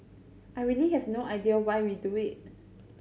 I really have no idea why we do it